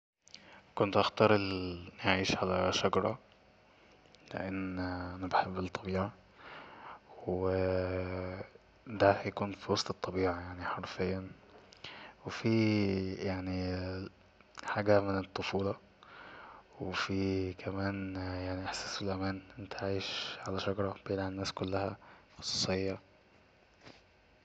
كنت هختار ال اني أعيش على شجرة لأن انا بحب الطبيعة و دا هيكون في وسط الطبيعة يعني حرفيا وفي يعني حاجة من الطفولة وفي كمان يعني إحساس بالأمان انت عايش على شجرة بعيد عن الناس كلها خصوصية